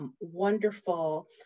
wonderful